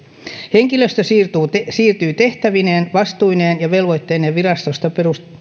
henkilöstö siirtyy siirtyy tehtävineen vastuineen ja velvoitteineen virastosta